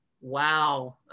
wow